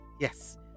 Yes